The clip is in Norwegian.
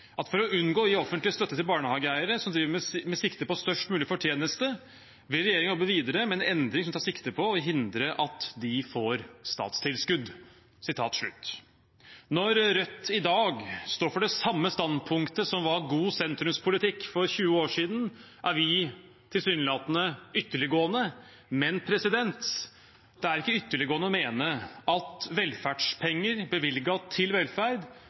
å unngå å gje offentleg støtte til barnehageeigarar som driv med sikte på størst mogleg forteneste, vil Regjeringa arbeide vidare med ei endring som tek sikte på å hindre at dei får statstilskot Når Rødt i dag står for det samme standpunktet som var god sentrumspolitikk for 20 år siden, er vi tilsynelatende ytterliggående. Men det er ikke ytterliggående å mene at velferdspenger bevilget til velferd